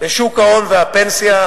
בשוק ההון והפנסיה,